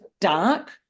dark